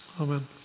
amen